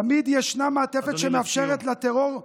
תמיד ישנה מעטפת שמאפשרת לטרור,